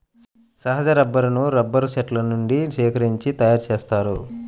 సహజ రబ్బరును రబ్బరు చెట్ల నుండి సేకరించి తయారుచేస్తారు